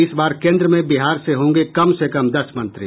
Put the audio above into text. इस बार केंद्र में बिहार से होंगे कम से कम दस मंत्री